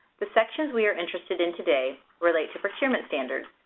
the sections we are interested in today relate to procurement standards.